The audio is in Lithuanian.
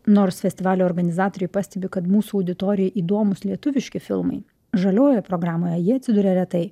nors festivalio organizatoriai pastebi kad mūsų auditorijai įdomūs lietuviški filmai žaliojoje programoje jie atsiduria retai